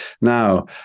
Now